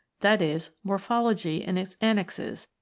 that is, mor phology and its annexes,